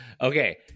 okay